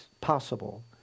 possible